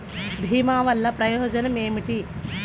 భీమ వల్లన ప్రయోజనం ఏమిటి?